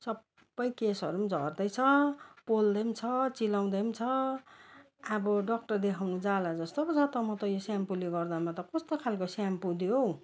सबै केशहरू झर्दै छ पोल्दै छ चिलाउँदै छ अब डाक्टर देखाउन जाला जस्तो पो छ त म त यो सेम्पोले गर्दा म त कस्तो खाले सेम्पो दियो हौ